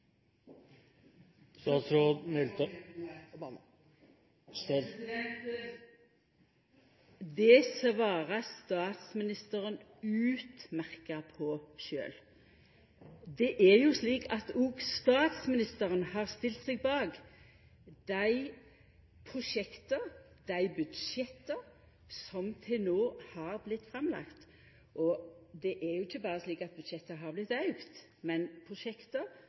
statsministeren utmerkt på sjølv. Det er jo slik at òg statsministeren har stilt seg bak dei prosjekta og dei budsjetta som til no har vorte lagde fram. Det er ikkje slik at berre budsjetta har